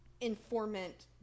informant